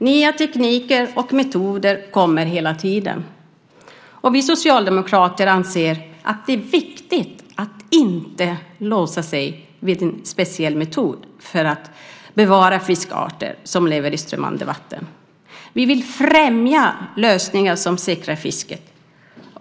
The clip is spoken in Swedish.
Nya tekniker och metoder kommer hela tiden. Vi socialdemokrater anser att det är viktigt att inte låsa sig vid en speciell metod för att bevara fiskarter som lever i strömmande vatten. Vi vill främja lösningar som säkrar fisket.